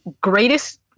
greatest